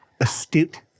astute